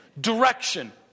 direction